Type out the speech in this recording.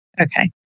Okay